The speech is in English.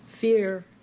Fear